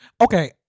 Okay